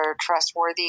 trustworthy